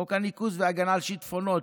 חוק הניקוז וההגנה מפני השיטפונות,